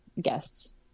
guests